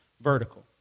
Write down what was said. vertical